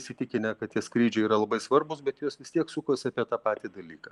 įsitikinę kad tie skrydžiai yra labai svarbūs bet jos vis tiek sukasi apie tą patį dalyką